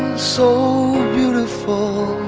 so beautiful